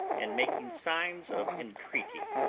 and making signs of entreaty,